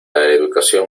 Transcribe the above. educación